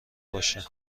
باشه